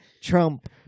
trump